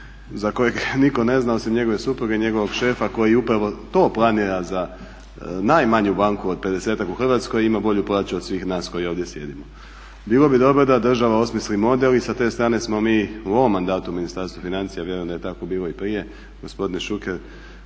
za kojeg nitko ne zna osim njegove supruge i njegovog šefa koji upravo to planira za najmanju banku od 50-ak u Hrvatskoj i ima bolju plaću od svih nas koji ovdje sjedimo. Bilo bi dobro da država osmisli model i sa te strane smo mi u ovom mandatu Ministarstva financija, vjerujem da je tako bilo i prije gospodine Šuker,